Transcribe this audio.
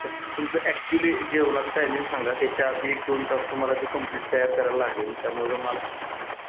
अच्छा तुमचं ॲक्चुअली जेवणाचं टायमिंग सांगा त्याच्याआधी एक दोन तास तुम्हाला ते कंम्प्लीट तयार करायला लागेल त्यामुळे जर मला